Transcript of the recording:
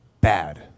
bad